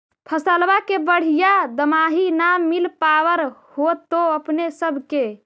फसलबा के बढ़िया दमाहि न मिल पाबर होतो अपने सब के?